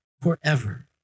forever